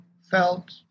felt